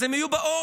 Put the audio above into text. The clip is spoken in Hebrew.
אז הם יהיו בעורף,